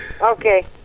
Okay